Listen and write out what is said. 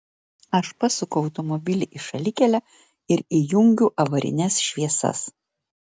aš pasuku automobilį į šalikelę ir įjungiu avarines šviesas